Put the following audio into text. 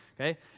okay